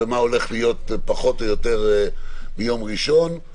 מה הולך להיות פחות או יותר ביום ראשון.